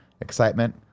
excitement